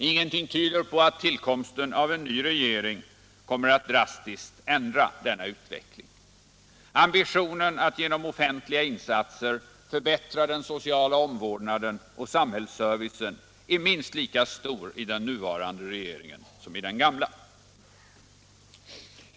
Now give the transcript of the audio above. Ingenting tyder på att tillkomsten av en ny regering kommer att drastiskt ändra denna utveckling. Ambitionen att genom offentliga insatser förbättra den sociala omvårdnaden och samhällsservicen är minst lika stor i den nuvarande regeringen som i den gamla.